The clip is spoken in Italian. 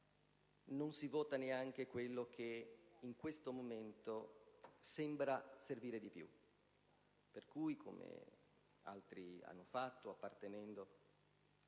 non si vota neanche quello che in questo momento sembra servire di più, come altri hanno fatto, appartenendo